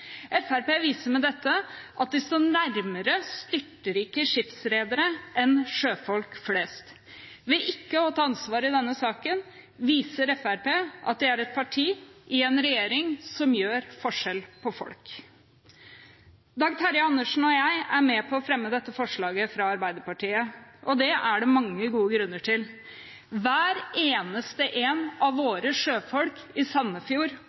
viser med dette at de står nærmere styrtrike skipsredere enn sjøfolk flest. Ved ikke å ta ansvar i denne saken viser Fremskrittspartiet at de er et parti i en regjering som gjør forskjell på folk. Representanten Dag Terje Andersen og jeg er med på å fremme dette forslaget fra Arbeiderpartiet, og det er det mange gode grunner til. Hver eneste én av våre sjøfolk i Sandefjord